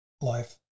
life